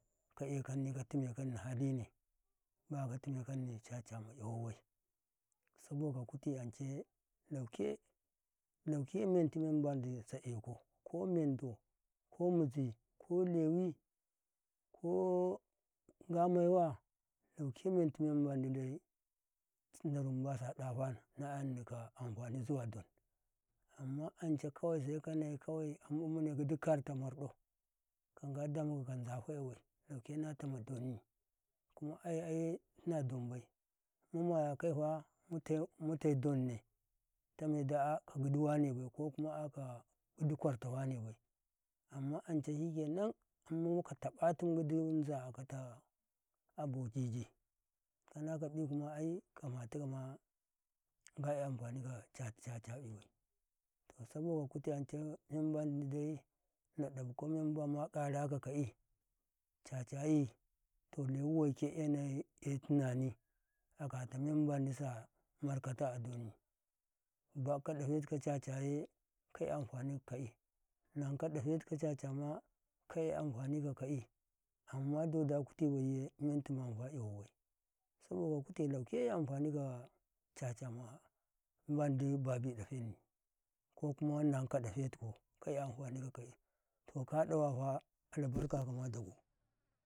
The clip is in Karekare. ka ekami haline ba katime kani caca ma yawa abai saboka kuti ance lauke menti mem mandi, saye ku ko mendo ko mizi ko lewi ko nga mai wa lauke menti mem madi dai damu mbasa dafa na yanika amfani zuwa don, amma kawai sai kane kawai amin mune gidi kar ta mardo ka nga mandi da muka ka nzafaye bai lauke nata ma danni kuma ai aye tuna don bai mu maya kai ta mute, donne tameda a giddi wane bai, ko kuma a giddi kwar ta wane bai, amma ance shikenan ummuka ta ba tuma giddi, Nzaka abo keke kanabi, kuma ai kamata kama nga ye amfani ka caca-caca ɓibai to saboka kuti anca in bandi dai na ɗafku mem mba kara ka kai cacayi, to lewi waike ye tunani akata membendi sa markata a donni, bakka dafetuka cacaye kai amfani ka kaf nan kai dafeti ka cacama ka ye amma fani ka kai, amma do kuti bai yeh, men timafa yawabai saba ka kuti lauke ya amfani ka caca mendi babi ɗafeni, ko kuma mendi Nankan ɗatetiku kaye amfani kaksi kadawa albarka.